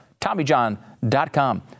TommyJohn.com